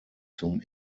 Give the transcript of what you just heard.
zum